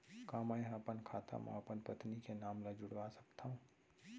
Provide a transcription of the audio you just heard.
का मैं ह अपन खाता म अपन पत्नी के नाम ला जुड़वा सकथव?